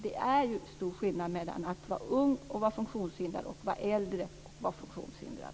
Det är ju stor skillnad mellan att vara ung och funktionshindrad och att vara äldre och funktionshindrad.